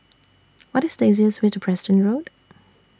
What IS The easiest Way to Preston Road